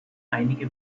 einige